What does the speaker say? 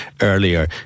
earlier